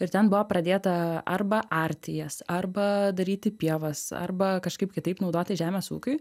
ir ten buvo pradėta arba arti jas arba daryti pievas arba kažkaip kitaip naudoti žemės ūkiui